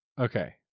Okay